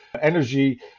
energy